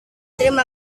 terima